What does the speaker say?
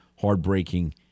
heartbreaking